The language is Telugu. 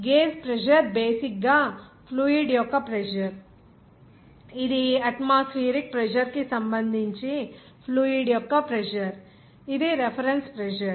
గేజ్ ప్రెజర్ బేసిక్ గా ఫ్లూయిడ్ యొక్క ప్రెజర్ ఇది అట్మాస్ఫియరిక్ ప్రెజర్ కి సంబంధించి ఫ్లూయిడ్ యొక్క ప్రెజర్ ఇది రిఫరెన్స్ ప్రెజర్